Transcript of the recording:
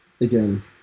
Again